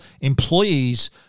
employees